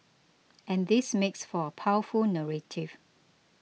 and this makes for a powerful narrative